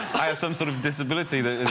i have some sort of disability that